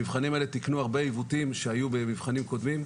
המבחנים האלה תיקנו הרבה עיוותים שהיו במבחנים קודמים.